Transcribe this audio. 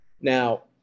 Now